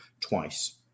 twice